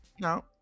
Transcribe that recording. No